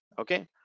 okay